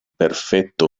perfetto